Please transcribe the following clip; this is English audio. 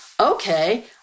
Okay